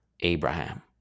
Abraham